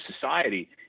society